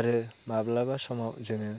आरो माब्लाबा समाव जोङो